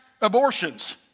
abortions